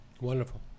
wonderful